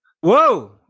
Whoa